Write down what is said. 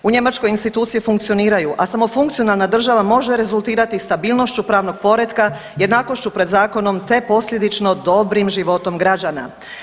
U Njemačkoj institucije funkcioniraju, a samo funkcionalna država može rezultirati stabilnošću pravnog poretka, jednakošću pred zakonom, te posljedično dobrim životom građana.